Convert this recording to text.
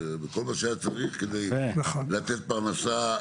בכל מה שהיה צריך כדי לתת פרנסה,